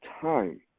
time